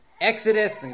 Exodus